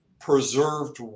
preserved